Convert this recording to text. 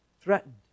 threatened